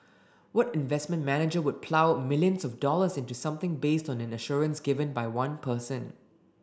what investment manager would plough millions of dollars into something based on an assurance given by one person